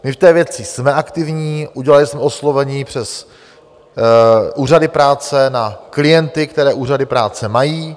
My v té věci jsme aktivní, udělali jsme oslovení přes úřady práce na klienty, které úřady práce mají.